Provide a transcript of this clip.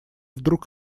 вдруг